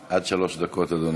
עד שלוש דקות, אדוני.